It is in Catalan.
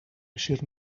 eixir